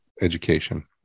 education